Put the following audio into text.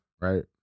Right